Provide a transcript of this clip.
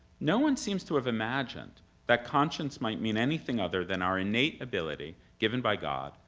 no one seems to have imagined that conscience might mean anything other than our innate ability, given by god,